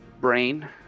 brain